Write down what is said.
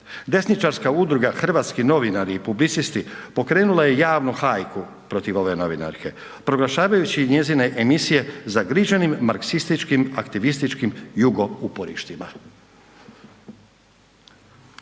Desničarska udruga „Hrvatski novinari i publicisti“ pokrenula je javnu hajku protiv ove novinarke proglašavajući njezine emisije zagriženim marksističkim, aktivističkim jugo uporištima.